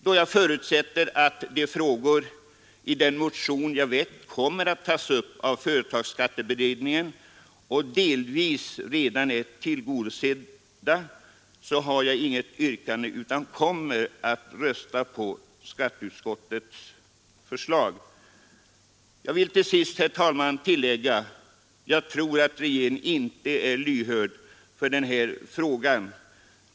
Då jag förutsätter att frågorna i den motion jag har väckt kommer att tas upp av företagsskatteberedningen och delvis redan är tillgodosedda har jag inget yrkande utan kommer att rösta på skatteutskottets förslag. Jag vill till sist, herr talman, tillägga att jag tror att regeringen är lyhörd för den här frågan.